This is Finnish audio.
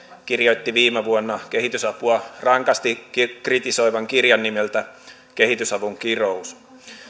kirjoitti viime vuonna kehitysapua rankasti kritisoivan kirjan nimeltä kehitysavun kirous